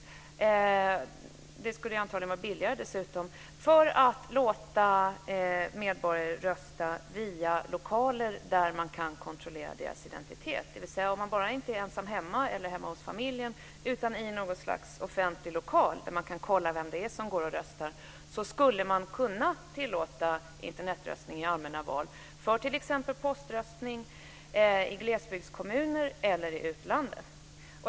Det skulle dessutom antagligen vara billigare att låta medborgare rösta i lokaler där man kan kontrollera deras identitet, dvs. att om man bara inte är ensam hemma eller hemma hos familjen utan i något slags offentlig lokal där man kan kontrollera vem det är som röstar, skulle man kunna tillåta Internetröstning i allmänna val för t.ex. röstning i glesbygdskommuner eller i utlandet.